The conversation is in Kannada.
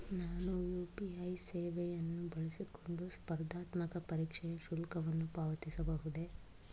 ನಾನು ಯು.ಪಿ.ಐ ಸೇವೆಯನ್ನು ಬಳಸಿಕೊಂಡು ಸ್ಪರ್ಧಾತ್ಮಕ ಪರೀಕ್ಷೆಯ ಶುಲ್ಕವನ್ನು ಪಾವತಿಸಬಹುದೇ?